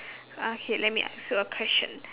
okay let me ask you a question